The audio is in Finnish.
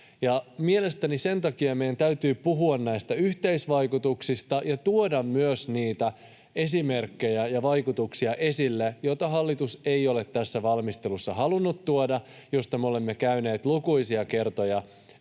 Mielestäni sen takia meidän täytyy puhua näistä yhteisvaikutuksista ja tuoda esille myös niitä esimerkkejä ja vaikutuksia, joita hallitus ei ole tässä valmistelussa halunnut tuoda ja joista me olemme käyneet lukuisia kertoja